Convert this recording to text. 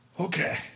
Okay